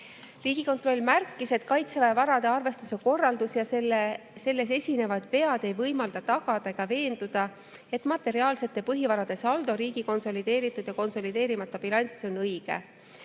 Riigikontroll märkis, et Kaitseväe varade arvestuse korraldus ja selles esinevad vead ei võimalda tagada ega veenduda, et materiaalsete põhivarade saldo riigi konsolideeritud ja konsolideerimata bilansis on õige.